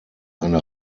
eine